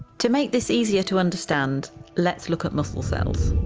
to make this easier to understand let's look at muscle cells.